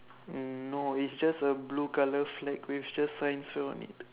mm no it's just a blue colour flag with just science fair on it